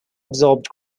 absorbed